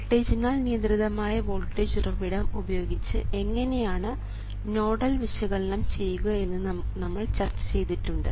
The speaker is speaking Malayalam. വോൾട്ടേജിനാൽ നിയന്ത്രിതമായ വോൾട്ടേജ് ഉറവിടം ഉപയോഗിച്ച് എങ്ങനെയാണ് നോഡൽ വിശകലനം ചെയ്യുക എന്ന് നമ്മൾ ചർച്ച ചെയ്തിട്ടുണ്ട്